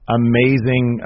amazing